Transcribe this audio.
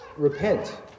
Repent